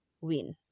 win